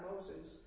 Moses